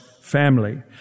family